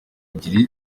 ebyiri